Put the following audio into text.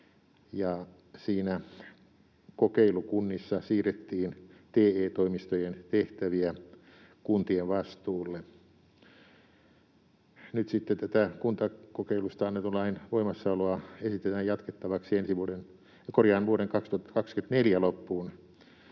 siinä kokeilukunnissa siirrettiin TE-toimistojen tehtäviä kuntien vastuulle. Nyt sitten kuntakokeilusta annetun lain voimassaoloa esitetään jatkettavaksi vuoden 2024 loppuun,